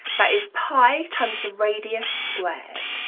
that is pi times the radius squared